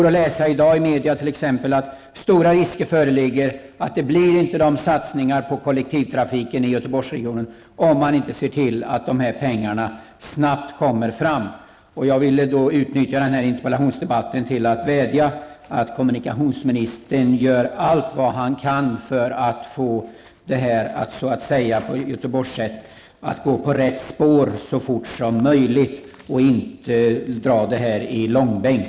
I dag talas det i media t.ex. om att stora risker föreligger för att det inte blir några satsningar på kollektivtrafiken i Göteborgsregionen om man inte ser till att pengar snabbt kommer fram. Jag vill utnyttja detta tillfälle till att vädja till kommunikationsministern om att han gör allt som göras kan för att det snarast, uttryckt på göteborgarnas vis, skall vara möjligt att få det här att gå på rätt spår. Frågan får inte dras i långbänk.